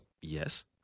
Yes